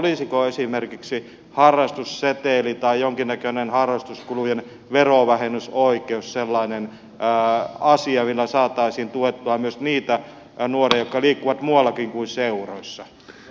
olisiko esimerkiksi harrastusseteli tai jonkinnäköinen harrastuskulujen verovähennysoikeus sellainen asia millä saataisiin tuettua myös niitä nuoria jotka liikkuvat muuallakin kuin seuroissa